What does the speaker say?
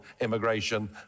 immigration